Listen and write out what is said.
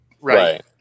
Right